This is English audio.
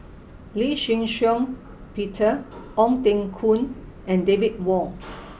Lee Shih Shiong Peter Ong Teng Koon and David Wong